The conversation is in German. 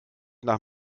nach